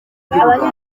ry’ubuganga